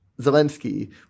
Zelensky